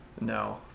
No